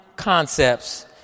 concepts